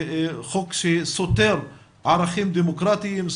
חוק שסותר ערכים דמוקרטיים,